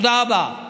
תודה רבה.